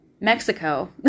Mexico